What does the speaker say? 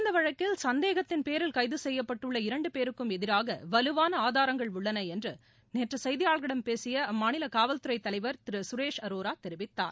இந்த வழக்கில் சந்தேகத்தின் பேரில் கைது செய்யப்பட்டுள்ள இரண்டு பேருக்கும் எதிராக வலுவான ஆதாரங்கள் உள்ளன என்று நேற்று செய்தியாளர்களிடம் பேசிய அம்மாநில காவல்துறை தலைவர் திரு சுரேஷ் அரோரா தெரிவித்தார்